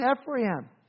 Ephraim